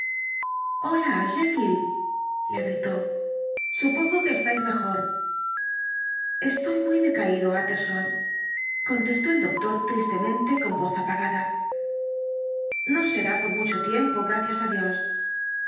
hola jekyll le gritó supongo que estáis mejor estoy muy decaído utterson contesr el dr jekyll tó el doctor tristemente con voz apagada no será por mucho tiempo gracias á dios